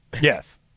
Yes